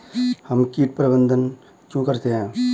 हम कीट प्रबंधन क्यों करते हैं?